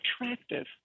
attractive